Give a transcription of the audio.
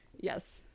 Yes